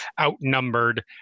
outnumbered